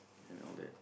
and all that